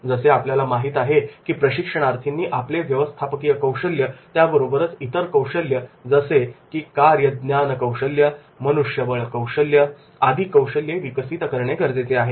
जसे आपल्याला माहित आहे की प्रशिक्षणार्थींनी आपले व्यवस्थापकीय कौशल्य त्याबरोबरच इतर कौशल्य जसे की कार्य ज्ञान कौशल्य मनुष्यबळ कौशल्य आधी कौशल्ये विकसित करणे गरजेचे असते